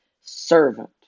servant